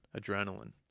Adrenaline